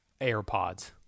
AirPods